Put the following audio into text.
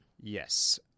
Yes